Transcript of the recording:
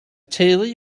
teulu